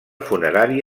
funerari